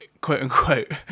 quote-unquote